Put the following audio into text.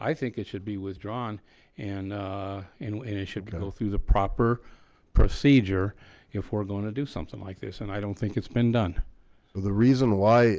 i think it should be withdrawn and you know and it should go through the proper procedure before going to do something like this and i don't think it's been done. so but the reason why